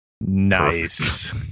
Nice